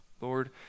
Lord